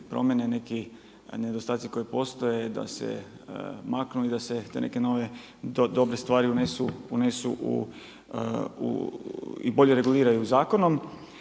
promjene, neki nedostaci koji postoje da se maknu i da se te neke nove dobre stvari unesu u i bolje reguliraju zakonom,